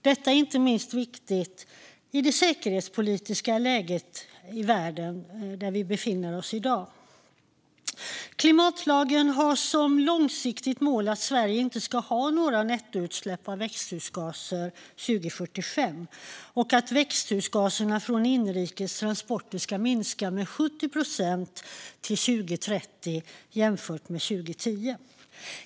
Detta är inte minst viktigt i det säkerhetspolitiska läge världen i dag befinner sig i. Klimatlagen har som långsiktigt mål att Sverige inte ska ha några nettoutsläpp av växthusgaser 2045 och att växthusgaserna från inrikes transporter ska minska med 70 procent till 2030 jämfört med 2010.